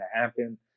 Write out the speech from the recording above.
happen